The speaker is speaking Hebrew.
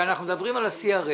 כשאנחנו מדברים על ה-CRS,